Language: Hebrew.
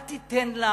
אל תיתן לה